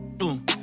boom